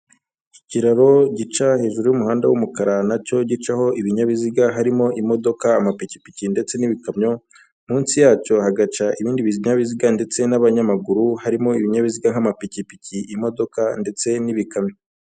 Ikiraro gica hejuru y'umuhanda w'umukara nacyo gicaho ibinyabiziga harimo: imodoka amapikipiki, ndetse n'ibikamyo; munsi yacyo hagaca ibindi binyabiziga ndetse n'abanyamaguru harimo ibinyabiziga nk'amapikipiki, imodoka ndetse n'ibikamyo.